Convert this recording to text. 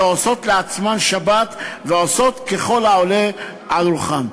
שעושות שבת לעצמן ועושות ככל העולה על רוחן.